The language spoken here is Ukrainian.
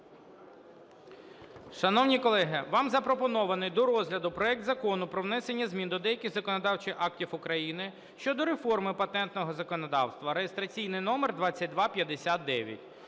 Шановні колеги, вам запропонований до розгляду проект Закону про внесення змін до деяких законодавчих актів України (щодо реформи патентного законодавства) (реєстраційний номер 2259).